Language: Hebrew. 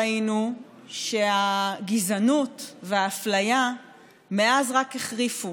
ראינו שהגזענות והאפליה מאז רק החריפו